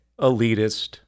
elitist